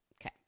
Okay